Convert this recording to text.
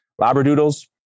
Labradoodles